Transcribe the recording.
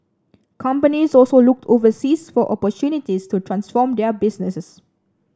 companies also looked overseas for opportunities to transform their businesses